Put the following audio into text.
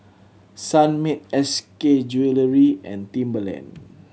Sunmaid S K wellery and Timberland